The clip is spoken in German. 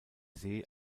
see